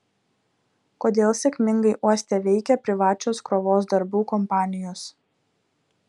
kodėl sėkmingai uoste veikia privačios krovos darbų kompanijos